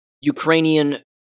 Ukrainian